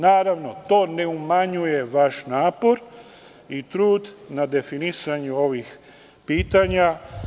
Naravno, to ne umanjuje vaš napor i trud na definisanju ovih pitanja.